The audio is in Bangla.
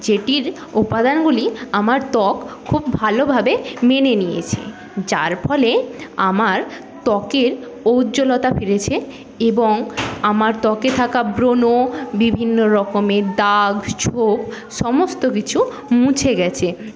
যেটির উপাদানগুলি আমার ত্বক খুব ভালোভাবে মেনে নিয়েছে যার ফলে আমার ত্বকের ঔজ্জ্বলতা ফিরেছে এবং আমার ত্বকে থাকা ব্রণ বিভিন্নরকমের দাগ ছোপ সমস্ত কিছু মুছে গেছে